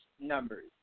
numbers